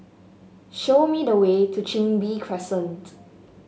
show me the way to Chin Bee Crescent